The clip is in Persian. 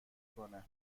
کنه